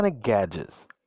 Gadgets